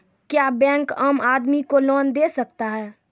क्या बैंक आम आदमी को लोन दे सकता हैं?